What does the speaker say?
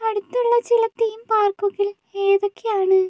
അടുത്തുള്ള ചില തീം പാർക്കുകൾ ഏതൊക്കെയാണ്